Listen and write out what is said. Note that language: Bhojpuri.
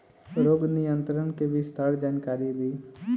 रोग नियंत्रण के विस्तार जानकारी दी?